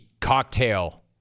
cocktail